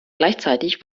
gleichzeitig